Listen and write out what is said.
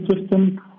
system